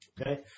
Okay